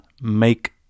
make